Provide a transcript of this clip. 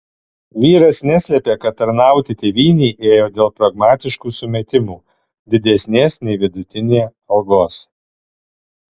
vyras neslepia kad tarnauti tėvynei ėjo dėl pragmatiškų sumetimų didesnės nei vidutinė algos